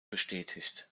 bestätigt